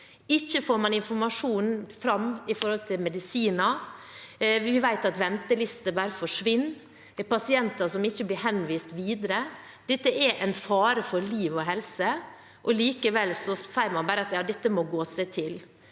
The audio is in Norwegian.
Ikke får man fram informasjonen om medisiner, vi vet at ventelister bare forsvinner, og det er pasienter som ikke blir henvist videre. Dette er en fare for liv og helse, og likevel sier man bare at det må gå seg til.